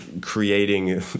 creating